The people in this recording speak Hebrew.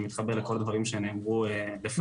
זה מתחבר לכל הדברים שנאמרו לפניי,